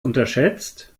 unterschätzt